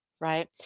right